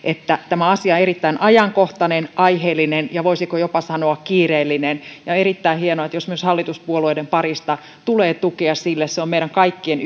tämä asia on erittäin ajankohtainen aiheellinen ja voisiko jopa sanoa kiireellinen on erittäin hienoa jos myös hallituspuolueiden parista tulee tukea sille on meidän kaikkien